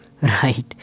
Right